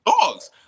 dogs